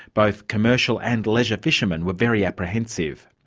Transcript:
both commercial and leisure fishermen were very apprehensive.